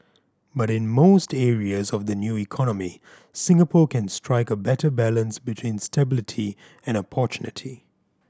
but in most areas of the new economy Singapore can strike a better balance between stability and opportunity